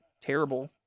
terrible